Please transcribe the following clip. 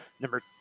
number